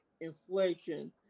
inflation